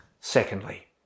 Secondly